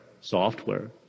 software